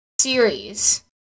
series